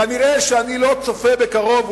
כנראה אני לא צופה בקרוב,